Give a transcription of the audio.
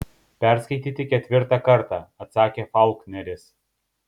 perskaityti ketvirtą kartą atsakė faulkneris